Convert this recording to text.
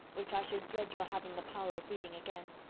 which i should dread your having the power of reading again.